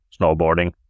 snowboarding